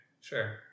Sure